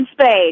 Spade